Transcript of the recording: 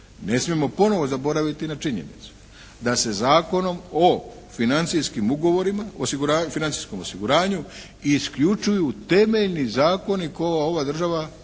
Ne smijemo ponovo zaboraviti na činjenicu da se Zakonom o financijskim ugovorima financijskom osiguranju isključuju temeljni zakoni koje ova država donosi,